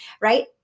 right